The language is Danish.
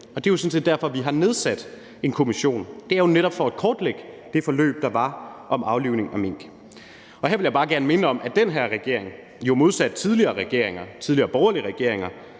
set derfor, vi har nedsat en kommission, altså netop for at kortlægge det forløb, der var om aflivning af mink. Her vil jeg bare gerne minde om, at den her regering jo modsat tidligere regeringer,